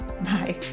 Bye